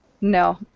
No